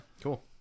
Cool